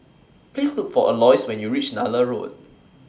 Please Look For Alois when YOU REACH Nallur Road